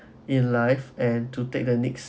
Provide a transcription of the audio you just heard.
in life and to take the next